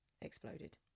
exploded